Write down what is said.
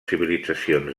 civilitzacions